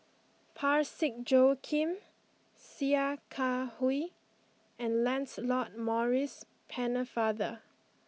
Parsick Joaquim Sia Kah Hui and Lancelot Maurice Pennefather